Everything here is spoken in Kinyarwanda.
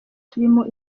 turimo